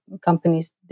companies